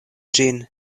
ĝin